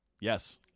yes